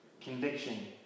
Conviction